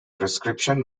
prescription